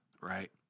right